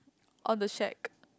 on the shack